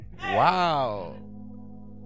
Wow